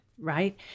right